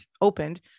opened